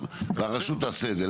והרשות תעשה את זה.